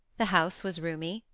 the house was roomy,